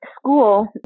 school